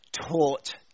taught